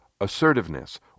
assertiveness